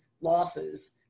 losses